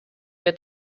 wir